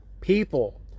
People